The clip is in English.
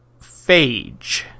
phage